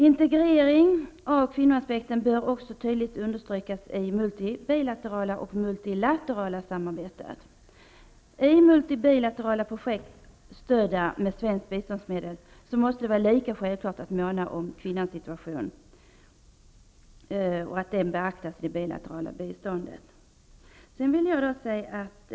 Integreringen av kvinnoaspekten bör också tydligt understrykas i det bilaterala och det multilaterala samarbetet. I bilaterala projekt stödda med svenskt biståndsmedel måste det var självklart att måna om kvinnans situation, och denna bör beaktas i det bilaterala biståndet.